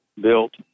built